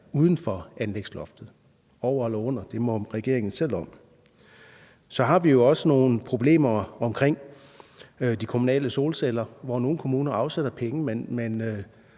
uden for anlægsloftet – over eller under, det må regeringen selv om. Så har vi jo også nogle problemer omkring de kommunale solceller, hvor nogle kommuner afsætter penge, men